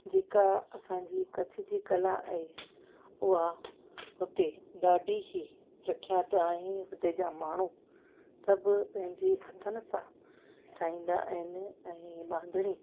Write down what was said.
जेका असांजी कच्छ जी कला आहे उहा हुते ॾाढी ई प्रख्यात आहे हुते जा माण्हू सभु पंहिंजे हथनि सां ठाहींदा आहिनि ऐं बांधणी